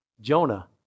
Jonah